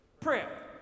Prayer